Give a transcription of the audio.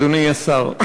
אדוני השר,